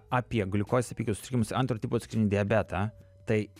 apie gliukozės apykaitos sutrikimas antro tipo cukrinį diabetą tai